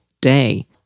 day